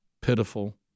pitiful